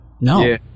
no